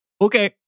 okay